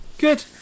Good